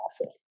awful